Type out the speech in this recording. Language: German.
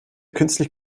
künstlich